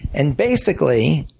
and basically,